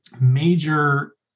major